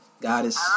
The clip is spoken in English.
Goddess